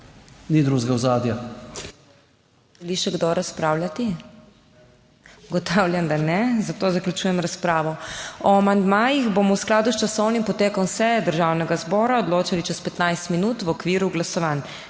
Ni drugega ozadja.